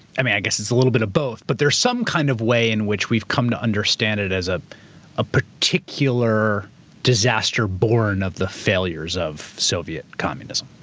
i mean, i guess it's a little bit of both, but there's some kind of way in which we've come to understand it as ah a particular disaster born of the failures of soviet communism.